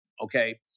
okay